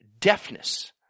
deafness